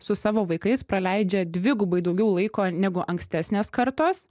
su savo vaikais praleidžia dvigubai daugiau laiko negu ankstesnės kartos